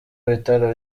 bitaro